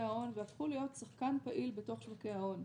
ההון והפכו להיות שחקן פעיל בתוך שווקי ההון.